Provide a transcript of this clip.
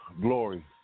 glory